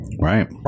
Right